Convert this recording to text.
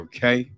Okay